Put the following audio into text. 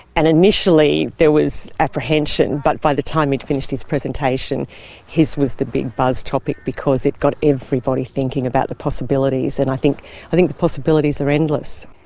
and initially there was apprehension, but by the time he'd finished his presentation his was the big buzz topic because it got everybody thinking about the possibilities. and i think i think the possibilities are endless.